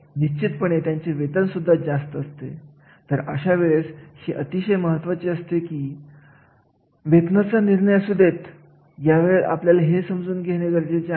जेव्हा आपण कामगिरीच्या मूल्यांकन विषयी बोलत असतो तर हे एखाद्या वैयक्तिक व्यक्तीसाठी किंवा कर्मचाऱ्यांसाठी लागू होते